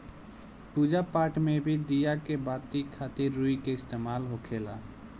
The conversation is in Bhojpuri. पूजा पाठ मे भी दिया बाती खातिर रुई के इस्तेमाल होखेला